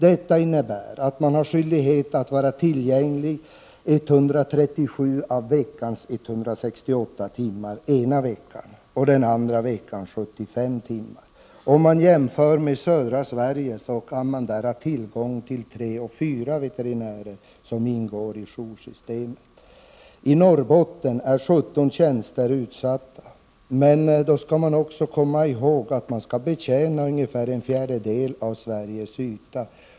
Detta i sin tur innebär att man har skyldighet att ena veckan vara tillgänglig 137 av veckans 168 timmar och den andra veckan 75 timmar. Jämför man med södra Sverige, finner man att man där kan ha tillgång till 3-4 veterinärer som ingår i joursystemet. I Norrbotten finns 17 tjänster. Men man skall komma ihåg att dessa skall betjäna en fjärdedel av Sveriges yta.